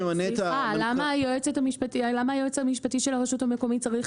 למה היועץ המשפטי של הרשות המקומי צריך